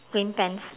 green pants